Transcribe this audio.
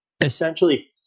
essentially